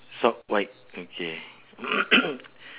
sock white okay